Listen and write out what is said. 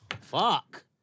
Fuck